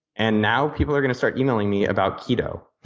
and now people are going to start emailing me about keto.